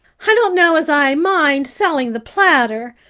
i don't know as i mind selling the platter.